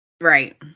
Right